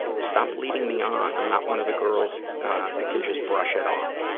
stop leading me on. i'm not one of the girls that can just brush it off.